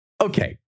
Okay